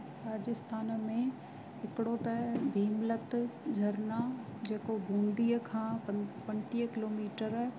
राजस्थान में हिकिड़ो त भीमलत झरिणा जेको बूंदीअ खां पं पंटीह किलोमीटर